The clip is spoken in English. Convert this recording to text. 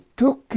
took